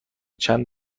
چند